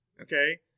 Okay